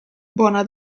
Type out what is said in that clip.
buona